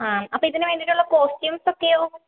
ആ അപ്പം ഇതിന് വേണ്ടിയിട്ടുള്ള കോസ്റ്റ്യൂംസ് ഒക്കെയോ